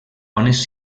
ones